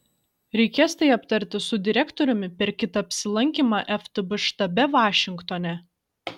reikės tai aptarti su direktoriumi per kitą apsilankymą ftb štabe vašingtone